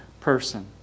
person